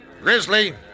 Grizzly